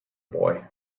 boy